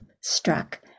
struck